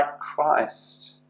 Christ